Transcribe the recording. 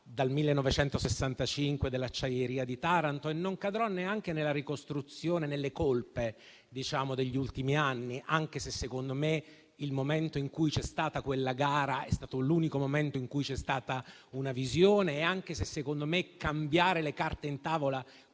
dal 1965, dell'acciaieria di Taranto e non cadrò neanche nella ricostruzione delle colpe degli ultimi anni, anche se - secondo me - il momento in cui c'è stata quella gara è stato l'unico in cui c'è stata una visione. Ciò nonostante - a mio avviso - cambiare le carte in tavola,